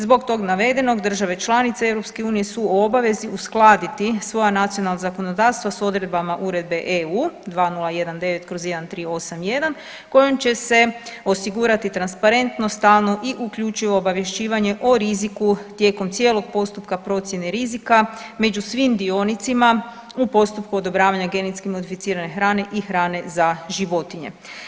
Zbog tog navedenog države članice EU su u obavezi uskladiti svoja nacionalna zakonodavstva sa odredbama Uredbe EU 2019/1381 kojom će se osigurati transparentno, stalno i uključivo obavješćivanje o riziku tijekom cijelog postupka procjene rizika među svim dionicima u postupku odobravanja genetski modificirane hrane i hrane za životinje.